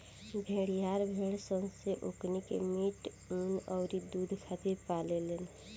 भेड़िहार भेड़ सन से ओकनी के मीट, ऊँन अउरी दुध खातिर पाले लेन